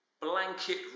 blanket